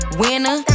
winner